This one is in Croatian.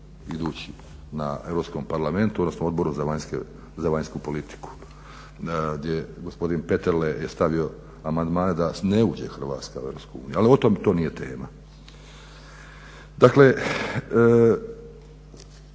idući na Europskom parlamentu odnosno Odboru za vanjsku politiku gdje gospodin Peterle je stavio amandmane da ne uđe Hrvatska u Europsku uniju, ali o tom to nije tema.